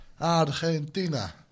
Argentina